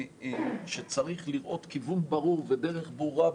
שצריך לראות כיוון ברור ודרך ברורה,